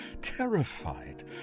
terrified